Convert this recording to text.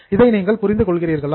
இதை நீங்கள் புரிந்து கொள்கிறீர்களா